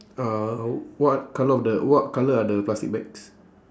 uh what colour of the what colour are the plastic bags